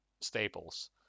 staples